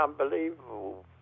unbelievable